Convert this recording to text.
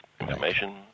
information